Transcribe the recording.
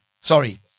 Sorry